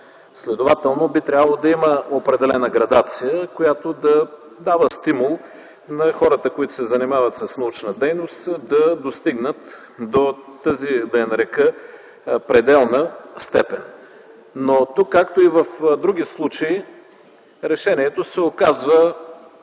Следователно би трябвало да има определена градация, която да дава стимул на хората, които се занимават с научна дейност да достигнат до тази, да я нарека, пределна степен. Но тук, както и в други случаи, решението се оказва,